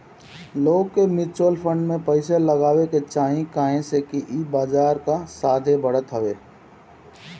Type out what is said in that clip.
लोग के mutual fund में पइसा लगावे के चाही काहे से कि ई बजार कअ साथे बढ़त हवे